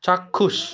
চাক্ষুষ